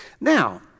Now